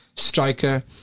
striker